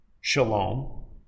shalom